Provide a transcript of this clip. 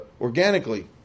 organically